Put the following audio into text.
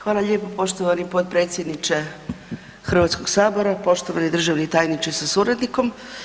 Hvala lijepo poštovani potpredsjedniče Hrvatskog sabora, poštovani državni tajniče sa suradnikom.